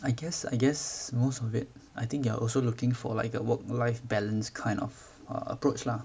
I guess I guess most of it I think they're also looking for like you got work life balance kind of err approach lah